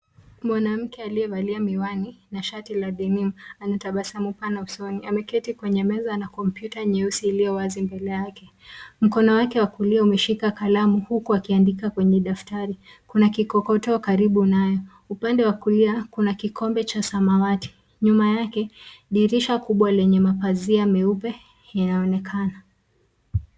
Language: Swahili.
Mwanamke aliyevaa miwani na shati la denim ana tabasamu pana usoni. Ameketi kwenye meza na kompyuta nyeusi iliyowazi mbele yake. Mkono wake wa kulia umeshika kalamu huku akiandika kwenye daftari. Kuna kikotoo karibu naye. Upande wa kulia kuna kikombe cha samawati. Nyuma yake dirisha kubwa lenye mapazia meupe inaonekana.